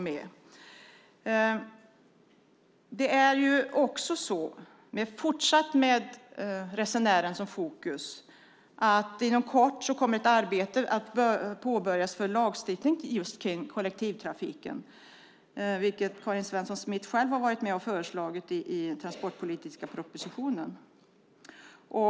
Med fortsatt fokus på resenären kommer inom kort ett arbete att påbörjas för lagstiftning av kollektivtrafiken, vilket Karin Svensson Smith själv har varit med och föreslagit i den transportpolitiska propositionen.